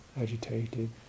agitated